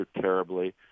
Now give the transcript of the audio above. terribly